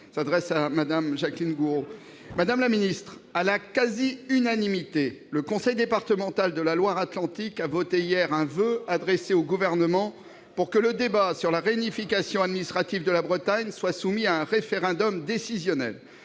Madame la ministre, à la quasi-unanimité, le conseil départemental de la Loire-Atlantique a voté hier un voeu, qui a été adressé au Gouvernement, pour que le débat sur la réunification administrative de la Bretagne soit soumis à un référendum décisionnel.